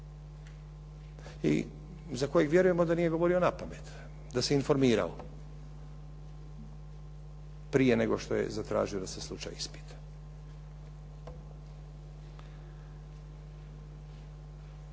i za kojeg vjerujemo da nije govorio na pamet, da se informirao prije nego što je zatražio da se slučaj ispita.